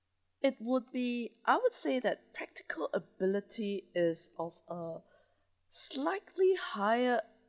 it would be I would say that practical ability is of uh slightly higher